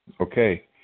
Okay